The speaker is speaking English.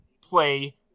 play